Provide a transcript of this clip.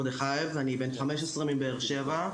ואני בן 15 מבאר שבע,